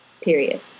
period